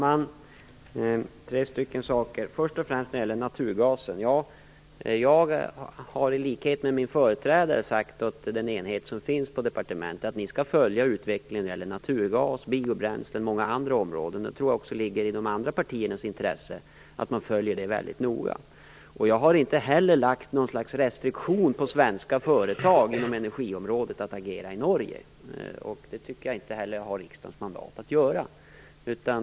Fru talman! Först vill jag när det gäller naturgasen säga att jag i likhet med min företrädare har sagt åt den enhet som finns på departementet att följa utvecklingen när det gäller naturgas, biobränslen och många andra områden. Jag tror att det också ligger i de andra partiernas intresse att detta följs väldigt noga. Jag har inte heller lagt något slags restriktion på svenska företag inom energiområdet när det gäller att agera i Norge. Det tycker jag inte heller att jag har riksdagens mandat att göra.